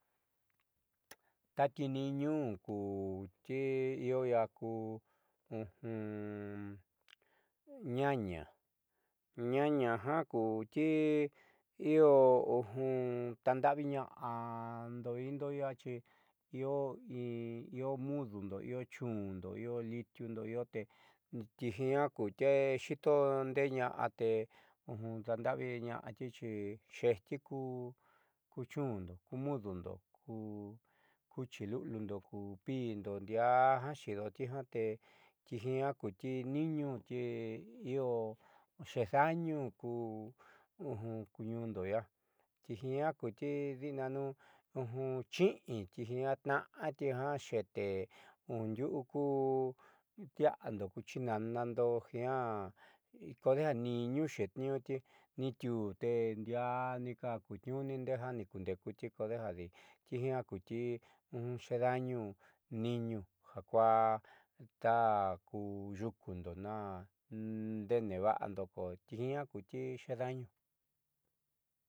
Tati niiñu kuti io iia ku ñaña ñaña jakuti io tandaaviina'ando indo iiaxi io in mudundo io chundo io litiundo io te tijiiña kuti xiitondeeñaá te daandaaviñaáti xi xeejti ku chundo, ku mudundo, ku cuchi lu'uliundo ku piíndo ndiaajiaa xiidoti ja te tijiaa kuti niiñu ti io xeedaañu ku kuñuundo iia tijiaa kuu di'inanun chi'i tnaátijiaa xete ndiuuku tiaando ku chinanando jiaa kodeja niiñu xeetniiñuti nitiuu ndiaanika kutniuuni ndeeja nikundeekuti kodejadi tijiaá kutixeedaañu niiñu ja kuaata ku yukundo na ndee neva'ando ko tijiaa kuti xeedaañu.